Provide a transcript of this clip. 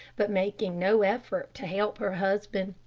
but making no effort to help her husband.